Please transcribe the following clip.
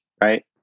right